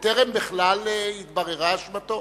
בטרם בכלל התבררה אשמתו.